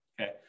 Okay